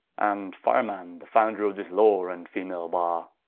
and pharamond the founder of this law, and female barre.